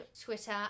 Twitter